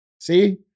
See